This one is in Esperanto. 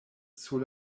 sur